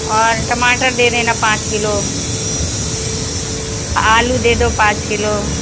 और टमाटर दे देना पाँच किलो आलू दे दो पाँच किलो